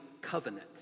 covenant